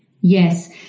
Yes